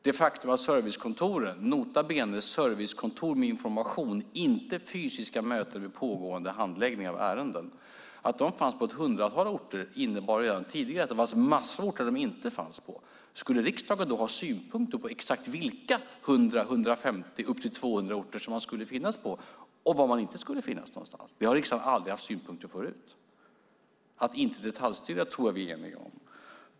Det faktum att servicekontoren, nota bene servicekontor med information och inte med fysiska möten vid pågående handläggning av ärenden, fanns på ett hundratal orter innebar redan tidigare att det fanns massor med orter där de inte fanns. Skulle riksdagen då ha synpunkter på exakt vilka 100, 150 eller upp till 200 orter som de skulle finnas på och var de inte skulle finnas någonstans? Vi har aldrig haft synpunkter på det förut. Jag tror att vi är eniga om att vi inte ska detaljstyra.